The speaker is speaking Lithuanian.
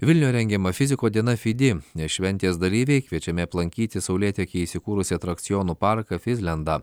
vilniuje rengiama fizikų diena fidi šventės dalyviai kviečiami aplankyti saulėtekyje įsikūrusį atrakcionų parką fizlendą